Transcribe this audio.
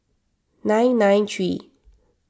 nine nine three